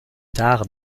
tard